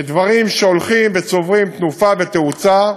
דברים שהולכים וצוברים תנופה ותאוצה,